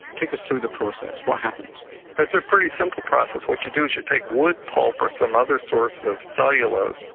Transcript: take us through the process, what happens? it's a pretty simple process. what you do is you take wood pulp or some other source of cellulose,